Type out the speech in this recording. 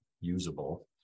usable